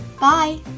Bye